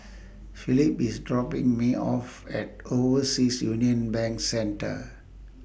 Philip IS dropping Me off At Overseas Union Bank Centre